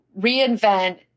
reinvent